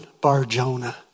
Bar-Jonah